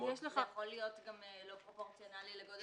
אבל אז זה יכול להיות גם לא פרופורציונלי לגודל האוכלוסייה.